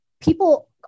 people